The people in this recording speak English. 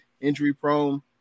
injury-prone